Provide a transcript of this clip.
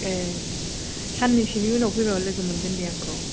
ए सानैसोनि उनाव फैब्ला लोगोमोनगोन दे आंखौ